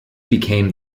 became